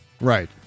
Right